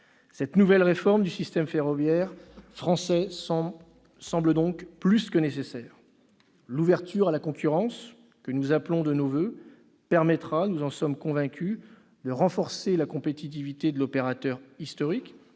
Cette nouvelle réforme du système ferroviaire français semble donc plus que nécessaire. L'ouverture à la concurrence, que nous appelons de nos voeux, permettra, nous en sommes convaincus, de renforcer la compétitivité de l'opérateur historique